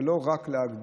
זה לא רק להגביר,